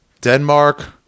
Denmark